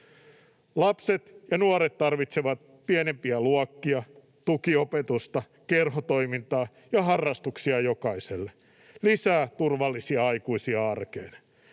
Lapset ja nuoret tarvitsevat pienempiä luokkia, tukiopetusta, kerhotoimintaa ja harrastuksia jokaiselle, lisää turvallisia aikuisia arkeen.